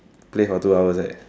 play for two hours right